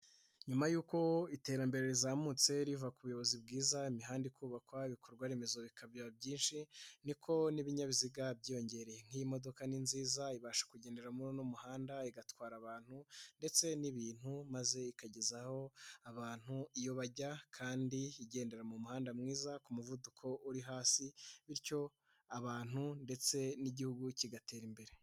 Nyuma y'uko iterambere rizamutse riva ku buyobozi bwiza imihanda kubakwa ibikorwa remezo bikabi byinshi niko n'ibinyabiziga byiyongereye, nk'imodoka ni nziza ibasha kugendera muri uno muhanda igatwara abantu ndetse n'ibintu maze ikagezaho abantu iyo bajya kandi igendera mu muhanda mwiza ku muvuduko uri hasi bityo abantu ndetse n'igihugu kigatera imbere.